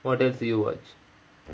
what else do you watch